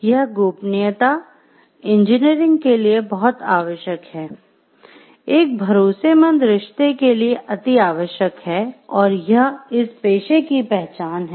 यह गोपनीयता इंजीनियरिंग के लिए बहुत आवश्यक है एक भरोसेमंद रिश्ते के लिए अतिआवश्यक है और यह इस पेशे की पहचान है